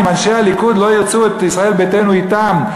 אם אנשי הליכוד לא ירצו את ישראל ביתנו אתם,